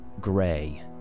Gray